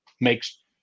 makes